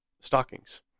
stockings